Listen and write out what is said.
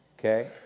okay